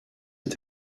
est